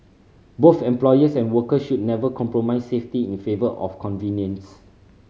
both employers and workers should never compromise safety in favour of convenience